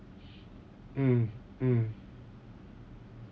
mm mm